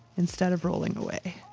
instead of rolling away.